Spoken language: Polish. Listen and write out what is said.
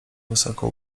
wysoko